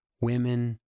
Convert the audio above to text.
Women